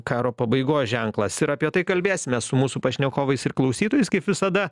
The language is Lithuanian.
karo pabaigos ženklas ir apie tai kalbėsimės su mūsų pašnekovais ir klausytojais kaip visada